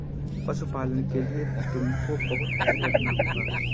पशुपालन के लिए तुमको बहुत धैर्य रखना होगा